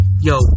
Yo